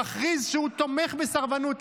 מכריז שהוא תומך בסרבנות.